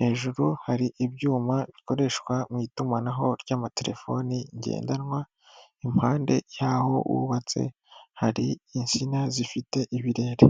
hejuru hari ibyuma bikoreshwa mu itumanaho ry'amatelefoni ngendanwa impande y'aho wubatse hari insina zifite ibirere.